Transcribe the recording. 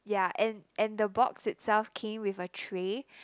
yeah and and the box itself came with a tray